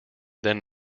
then